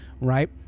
right